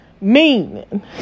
Meaning